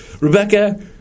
Rebecca